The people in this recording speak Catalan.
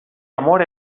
amor